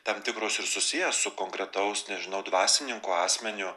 tam tikros ir susiję su konkretaus nežinau dvasininko asmeniu